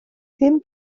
ddim